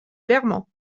vermont